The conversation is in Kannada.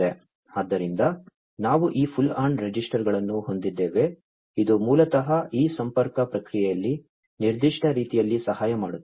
ಆದ್ದರಿಂದ ನಾವು ಈ ಪುಲ್ ಆನ್ ರೆಜಿಸ್ಟರ್ಗಳನ್ನು ಹೊಂದಿದ್ದೇವೆ ಇದು ಮೂಲತಃ ಈ ಸಂಪರ್ಕ ಪ್ರಕ್ರಿಯೆಯಲ್ಲಿ ನಿರ್ದಿಷ್ಟ ರೀತಿಯಲ್ಲಿ ಸಹಾಯ ಮಾಡುತ್ತದೆ